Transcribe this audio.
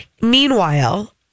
Meanwhile